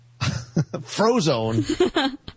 Frozone